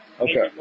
okay